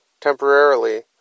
temporarily